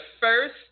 first